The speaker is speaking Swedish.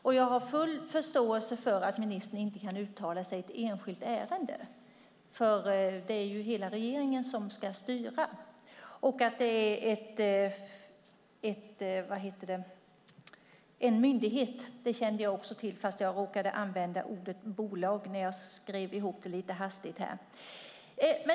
Jag har också full förståelse för att ministern inte kan uttala sig i ett enskilt ärende - det är ju hela regeringen som ska styra. Att det är en myndighet kände jag också till, fast jag råkade använda ordet "bolag" när jag skrev ihop det lite hastigt.